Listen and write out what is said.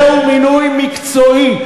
זהו מינוי מקצועי,